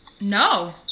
No